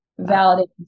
validating